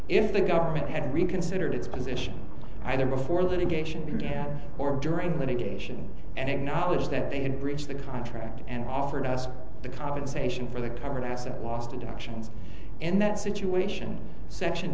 if the government had reconsidered its position either before litigation began or during litigation and acknowledged that they had breached the contract and offered us the compensation for the current asset lost inductions in that situation section